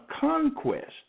conquest